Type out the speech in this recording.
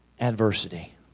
adversity